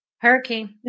hurricane